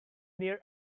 near